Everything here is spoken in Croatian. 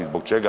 Zbog čega?